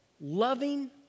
loving